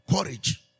Courage